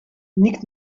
nikt